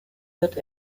wird